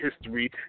history